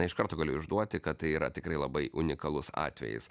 na iš karto galiu išduoti kad tai yra tikrai labai unikalus atvejis